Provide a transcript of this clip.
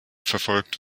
verfolgt